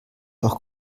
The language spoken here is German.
auch